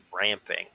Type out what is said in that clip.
ramping